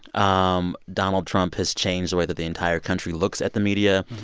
um donald trump has changed the way that the entire country looks at the media.